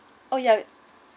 oh yeah